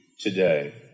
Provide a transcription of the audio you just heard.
today